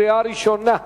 קריאה ראשונה.